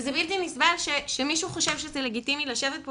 וזה בלתי נסבל שמישהו חושב שאפשר לזה לגיטימי לשבת פה